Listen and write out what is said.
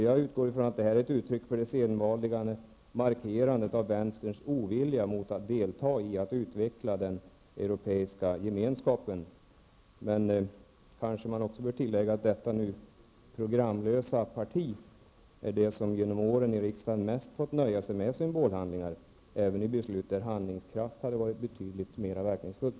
Jag utgår från att det här är ett uttryck för det sedvanliga markerandet av vänsterns ovilja att delta i att utveckla den europeiska gemenskapen. Men man kanske också bör tillägga att detta nu programlösa parti är det som genom åren i riksdagen mest fått nöja sig med symbolhandlingar, även i frågor där handlingskraft hade varit betydligt mer verkningsfullt.